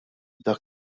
dak